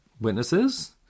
witnesses